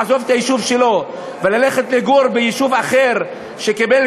לעזוב את היישוב שלו וללכת לגור ביישוב אחר שקיבל